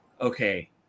okay